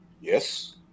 yes